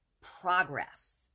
progress